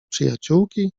przyjaciółki